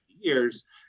years